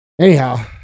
anyhow